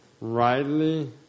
rightly